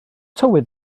tywydd